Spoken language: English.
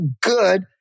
good